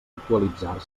actualitzar